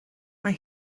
mae